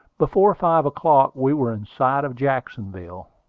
before five o'clock we were in sight of jacksonville.